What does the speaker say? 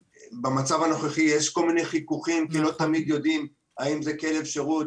במצב הנוכחי יש כל מיני חיכוכים כי לא תמיד יודעים האם זה כלב שירות,